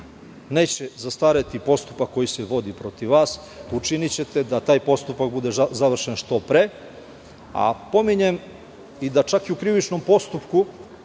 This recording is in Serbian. neće zastareti postupak koji se vodi protiv vas, učinićete da taj postupak bude završen što pre. Pominjem i, da čak i u krivičnom postupku